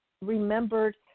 remembered